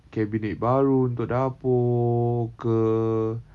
cabinet baru untuk dapur ke